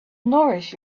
nourish